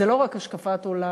זה לא רק השקפת עולם,